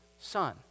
son